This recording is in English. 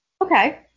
Okay